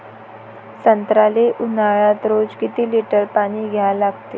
संत्र्याले ऊन्हाळ्यात रोज किती लीटर पानी द्या लागते?